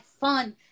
fun